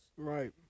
Right